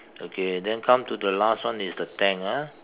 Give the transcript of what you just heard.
okay then come to the last one is the tank ah